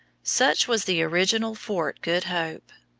such was the original fort good hope,